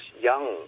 young